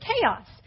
chaos